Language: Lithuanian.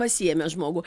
pasiėmė žmogų